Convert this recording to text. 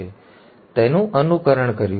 અમે તેનું અનુકરણ કર્યું છે